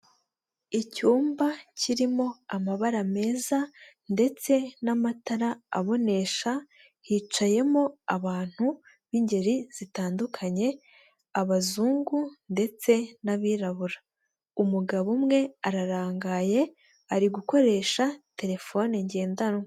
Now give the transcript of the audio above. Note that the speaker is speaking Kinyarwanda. Icyumba kirimo amabara meza ndetse n'amatara abonesha, hicayemo abantu b'ingeri zitandukanye, abazungu ndetse n'abirabura, umugabo umwe ararangaye ari gukoresha terefone ngendanwa.